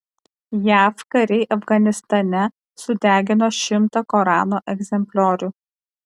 jav kariai afganistane sudegino šimtą korano egzempliorių